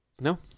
No